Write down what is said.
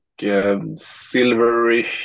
silverish